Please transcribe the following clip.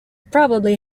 probably